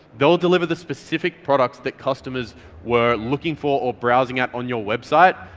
they'll deliver the specific products that customers were looking for or browsing out on your website,